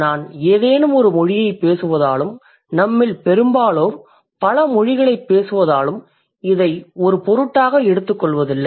நாம் ஏதேனும் ஒரு மொழியைப் பேசுவதாலும் நம்மில் பெரும்பாலோர் பல மொழிகளைப் பேசுவதாலும் இதை ஒரு பொருட்டாக எடுத்துக்கொள்வதில்லை